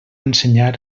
ensenyar